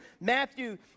Matthew